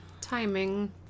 timing